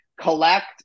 collect